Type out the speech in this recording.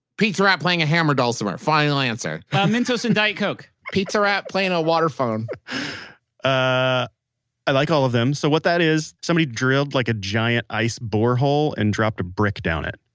pizza rat playing a hammered dulcimer. final answer mentos and diet coke pizza rat playing a waterphone i like all of them. so, what that is, somebody drilled like a giant ice borehole, and dropped a brick down it.